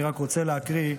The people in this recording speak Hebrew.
אני רק רוצה להקריא,